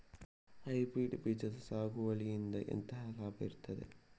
Hybrid ಬೀಜದ ಸಾಗುವಳಿಯಿಂದ ಎಂತ ಲಾಭ ಇರ್ತದೆ?